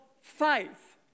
faith